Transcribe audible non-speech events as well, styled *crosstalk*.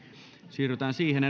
siirrytään siihen *unintelligible*